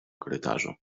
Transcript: korytarzu